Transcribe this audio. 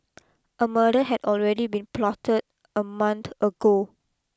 a murder had already been plotted a month ago